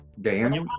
Dan